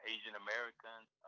Asian-Americans